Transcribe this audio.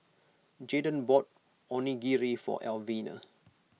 Jaydon bought Onigiri for Elvina